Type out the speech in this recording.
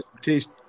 taste